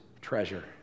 treasure